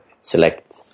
select